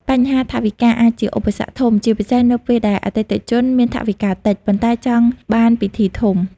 បញ្ហាថវិកា អាចជាឧបសគ្គធំ ជាពិសេសនៅពេលដែលអតិថិជនមានថវិកាតិច ប៉ុន្តែចង់បានពិធីធំ។